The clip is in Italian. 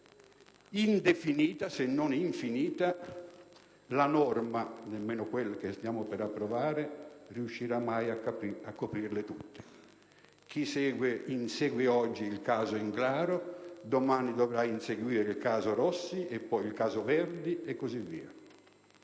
indefinita, se non infinita, la norma - nemmeno quella che stiamo per approvare - non riuscirà mai a coprirla tutta. Chi insegue oggi il caso Englaro domani dovrà inseguire il caso Rossi e poi quello Verdi e così via.